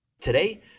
Today